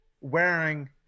wearing